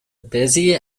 busy